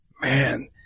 man